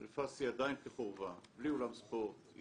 "אלפסי" עדיין כחורבה בלי אולם ספורט,